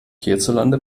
hierzulande